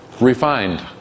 refined